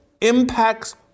impacts